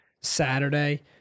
Saturday